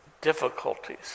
difficulties